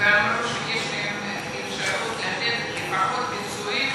ואמרו שיש להם אפשרות לתת לפחות פיצויים